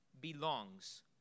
belongs